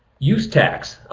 use tax.